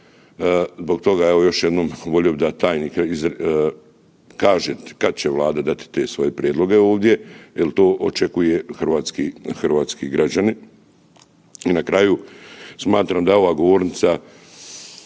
Zbog toga evo još jednom volio bi da tajnik kaže kad će Vlada dati te svoje prijedloge ovdje jel to očekuju hrvatski građani. I na kraju smatram da ova govornica